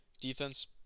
defense